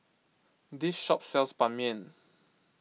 this shop sells Ban Mian